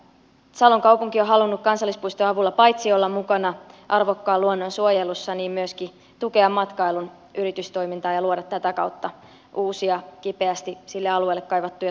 salon kaupunki on halunnut kansallispuiston avulla paitsi olla mukana arvokkaan luonnon suojelussa myöskin tukea matkailun yritystoimintaa ja luoda tätä kautta uusia kipeästi sille alueelle kaivattuja työpaikkoja